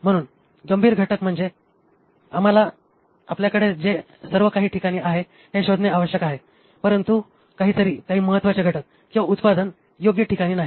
म्हणून गंभीर घटक म्हणजे आम्हाला आपल्याकडे सर्व काही ठिकाणी आहे हे शोधणे आवश्यक आहे परंतु काहीतरी काही महत्वाचे घटक किंवा उत्पादन योग्य ठिकाणी नाही